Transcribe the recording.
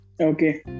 Okay